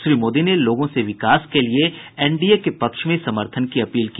श्री मोदी ने लोगों से विकास के लिए एनडीए के पक्ष में समर्थन की अपील की